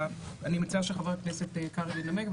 אני מציעה שחבר הכנסת קרעי ינמק,